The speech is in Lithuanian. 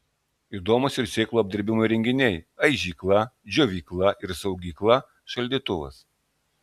įdomūs ir sėklų apdirbimo įrenginiai aižykla džiovykla ir saugykla šaldytuvas